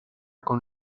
con